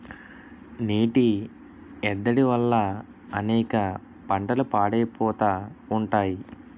నీటి ఎద్దడి వల్ల అనేక పంటలు పాడైపోతా ఉంటాయి